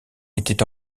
était